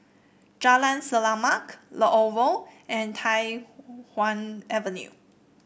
Jalan Selamat the Oval and Tai Hwan Avenue